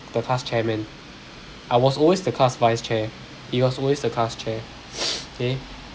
the class chairman I was always the class vice chair he was always the class chair okay